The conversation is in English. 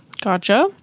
Gotcha